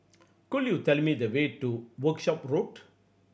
could you tell me the way to Workshop Road